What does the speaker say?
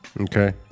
okay